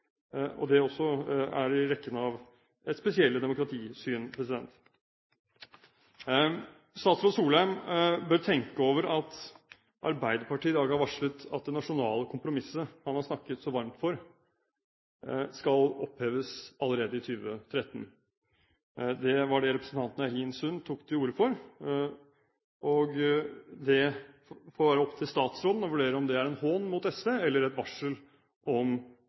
nedstemt. Det også er i rekken av et spesielt demokratisyn. Statsråd Solheim bør tenke over at Arbeiderpartiet i dag har varslet at det nasjonale kompromisset man har snakket så varmt for, skal oppheves allerede i 2013. Det var det representanten Eirin Sund tok til orde for, og det får være opp til statsråden å vurdere om det er en hån mot SV eller et varsel om